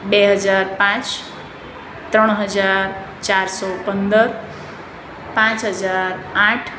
બે હજાર પાંચ ત્રણ હજાર ચારસો પંદર પાંચ હજાર આઠ